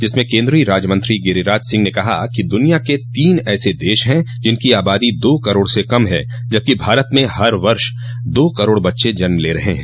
जिसमें केन्द्रीय राज्यमंत्री गिरिराज सिंह ने कहा कि दुनिया के तीन ऐसे देश है जिनकी आबादी दो करोड़ से कम हैं जबकि भारत में हर साल दो करोड़ बच्चे जन्म ले रहे हैं